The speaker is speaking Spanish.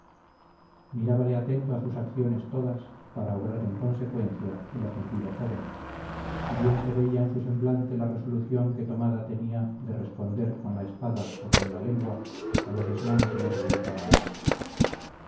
desaire mirábale atento a sus acciones todas para obrar en consecuencia el ofendido joven y bien se veía en su semblante la resolución que tomada tenía de responder con la espada o con la lengua a los desmanes del orgulloso magnate